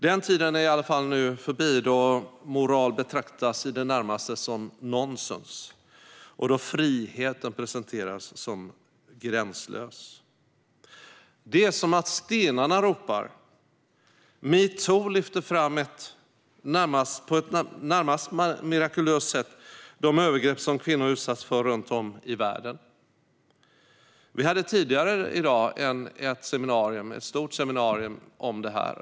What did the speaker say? Den tid är förbi då moral betraktades i det närmaste som nonsens och då friheten presenterades som gränslös. Det är som om stenarna ropar. Metoo lyfte på ett närmast mirakulöst sätt fram de övergrepp som kvinnor utsatts för runt om i världen. Vi hade tidigare i dag ett stort seminarium om detta.